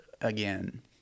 again